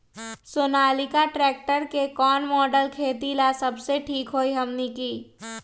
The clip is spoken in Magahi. सोनालिका ट्रेक्टर के कौन मॉडल खेती ला सबसे ठीक होई हमने की?